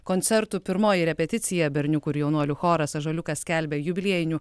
koncertų pirmoji repeticija berniukų ir jaunuolių choras ąžuoliukas skelbia jubiliejinių